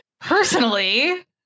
Personally